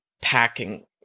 packing